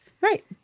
Right